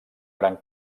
gran